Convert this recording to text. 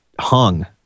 hung